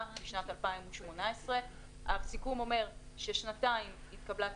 בשנת 2018. הסיכום אומר ששנתיים התקבלה תמיכה,